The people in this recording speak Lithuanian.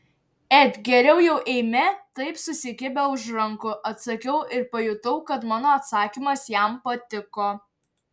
et geriau jau eime taip susikibę už rankų atsakiau ir pajutau kad mano atsakymas jam patiko